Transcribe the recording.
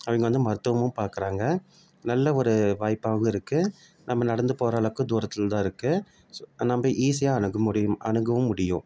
அவங்க வந்து மருத்துவமும் பார்க்குறாங்க நல்ல ஒரு வாய்ப்பாகவும் இருக்குது நம்ம நடந்து போகிறளவுக்கு தூரத்தில்தான் இருக்குது நம்ம ஈஸியாக அணுக முடியும் அணுகவும் முடியும்